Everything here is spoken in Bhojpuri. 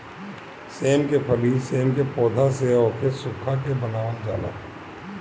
सेम के फली सेम के पौध से ओके सुखा के बनावल जाला